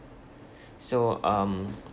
so um